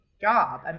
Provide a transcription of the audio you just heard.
job